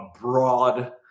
broad